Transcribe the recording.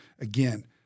again